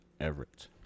Everett